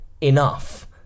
enough